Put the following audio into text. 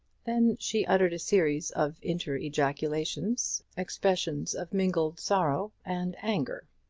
then she uttered a series of inter-ejaculations, expressions of mingled sorrow and anger.